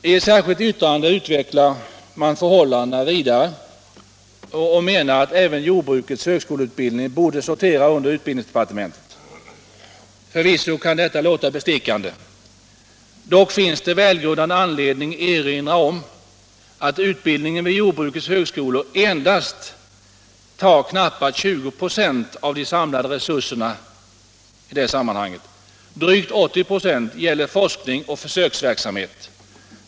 I ett särskilt yttrande utvecklar man förhållandena vidare och menar att även jordbrukets högskoleutbildning borde sortera under utbildningsdepartementet. Förvisso kan detta låta bestickande. Dock finns det välgrundad anledning att erinra om att utbildningen vid jordbrukets högskolor endast tar knappa 20 26 av de samlade resurserna. Drygt 80 96 gäller forskning och försöksverksamhet.